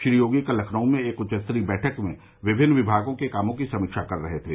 श्री योगी कल लखनऊ में एक उच्चस्तरीय बैठक में विभिन्न विभागों के कामों की समीक्षा कर रहे थे